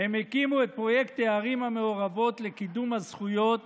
הם הקימו את פרויקט הערים המעורבות לקידום הזכויות